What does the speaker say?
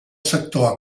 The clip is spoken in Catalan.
sector